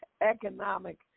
economic